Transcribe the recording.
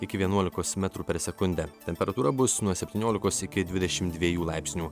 iki vienuolikos metrų per sekundę temperatūra bus nuo septyniolikos iki dvidešim dviejų laipsnių